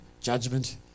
judgment